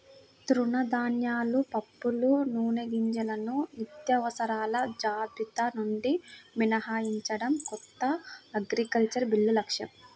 తృణధాన్యాలు, పప్పులు, నూనెగింజలను నిత్యావసరాల జాబితా నుండి మినహాయించడం కొత్త అగ్రికల్చరల్ బిల్లు లక్ష్యం